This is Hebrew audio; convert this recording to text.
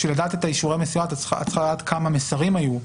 בשביל לדעת את אישורי המסירה את צריכה לדעת כמה מסרים היו.